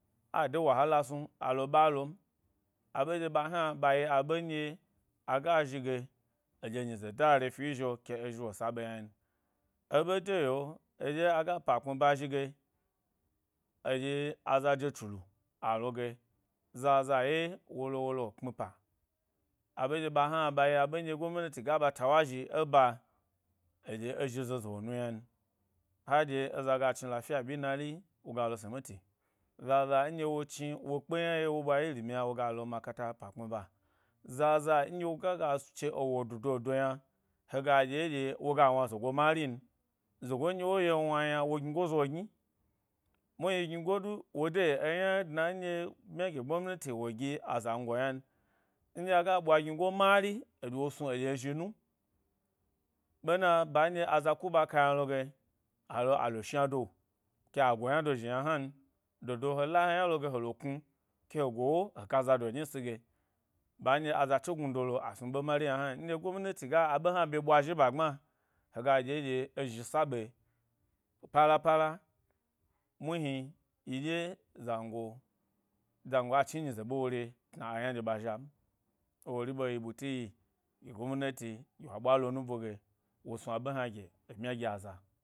A de wahala snu alo ɓa lom aɓe nɗye ɓa hna, ɓa yi aɓe nɗye aga zhige eɗye nyize da’re fi e zhi’o ke ezhi wo sa ɓe ynan n. Eɓe de yeo, ndye aga’pa kpmi ba zhi ge eɗye aza je chulu a loge zaza ye wolo wulo, kpmi’pa, aɓe ɗye ɓa hna ɓa yi aɓe nɗye gomnati ga ɓa la ɓwa zhi eba eɗye ezhi zozo wo nu yna n. Ha ɗye eza ga dni lafya ɓyina woya lo simit zaza nɗye wo dni wo kpe yna ye, wo ɓwa ilimi yna woga lo makata’pa kpmi ba. Zaza nɗye woga g ache ewo dododo yna hega ɗye ɗye woga wna zogo marin, zogo nɗye e ye wnam yna wo gnigo zo gni, muhni gni go du wo de eyna dna nɗye bmya gye gomnati wo gi azango ynan nɗye aga ɓwa gnigomari eɗye wo snu eɗye ezhi nu, ɓena a nɗye aza ku ɓa ka yna loge alo alo shnado ke a go ynado zhi yna hnan dodo he la he yna loga helo knu ke he gowo he kazodo nyisi ge ba nɗye aza chognu do lo a snu ɓe mari yna hna n, nɗye gomnati ga a ɓe hna bye ɓwa zhi e ba gbma hega ɗye ɗye ezhi saɓe, pala pala, muhnu yi dye zango, zango a chni nyize ɓe woi re tna aynan dye ɓa zhan, ewori ɓe yi ɓuti yi, gi gomnati gye wa ɓwa lo nubo ge wo snu a ɓe hna gye e bmya gi aza.